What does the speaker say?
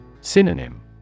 Synonym